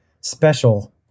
special